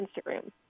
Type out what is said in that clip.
Instagram